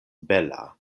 bela